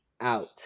out